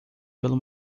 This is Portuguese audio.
pelo